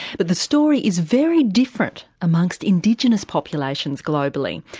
but the story is very different amongst indigenous populations globally,